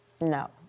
No